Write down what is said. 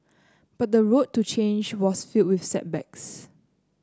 but the road to change was filled with setbacks